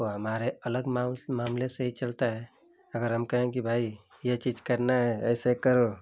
वो हमारे अलग माम मामले से ही चलता है अगर हम कहें कि भाई ये चीज करना है ऐसे करो